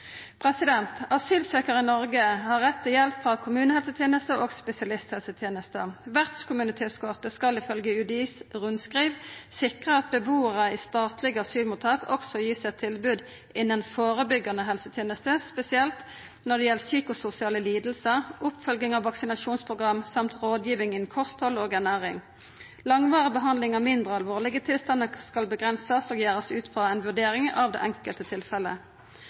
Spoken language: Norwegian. i Noreg har rett til hjelp frå kommunehelsetenesta og spesialisthelsetenesta. Vertskommunetilskotet skal ifølgje rundskrivet frå UDI sikra at bebuarar i statlege asylmottak også vert gitt eit tilbod innanfor førebyggjande helsetenester, spesielt når det gjeld psykososiale lidingar, oppfølging av vaksinasjonsprogram samt rådgiving innanfor kosthald og ernæring. Langvarig behandling av mindre alvorlege tilstander skal avgrensast og gjerast ut frå ei vurdering av det enkelte tilfellet.